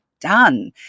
done